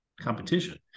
competition